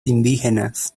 indígenas